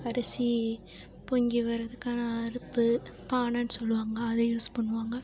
அரசி பொங்கி வர்றதுக்கான அடுப்பு பானைனு சொல்லுவாங்க அதை யூஸ் பண்ணுவாங்க